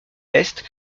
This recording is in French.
est